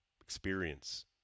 experience